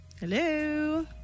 Hello